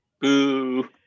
Boo